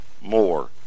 more